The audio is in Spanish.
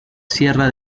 sierra